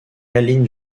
aline